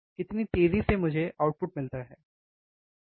कितनी तेजी से मुझे आउटपुट मिलता है है ना